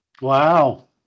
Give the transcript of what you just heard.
Wow